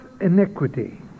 iniquity